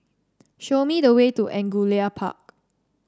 show me the way to Angullia Park